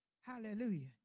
Hallelujah